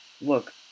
look